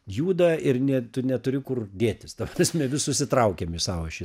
juda ir ne tu neturi kur dėtis ta prasme visus įtraukiam į savo ši